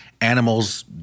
Animals